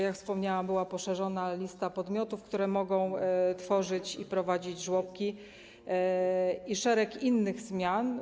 Jak wspomniałam, została poszerzona lista podmiotów, które mogą tworzyć i prowadzić żłobki, i było szereg innych zmian.